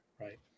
right